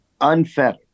unfettered